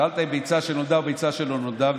שאלת אם ביצה שנולדה או ביצה שלא נולדה,